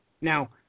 Now